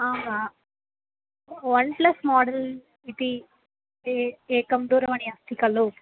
one plus model इति ए एकं दूरवाणी अस्ति खलु